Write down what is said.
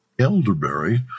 Elderberry